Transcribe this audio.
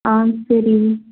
ஆ சரி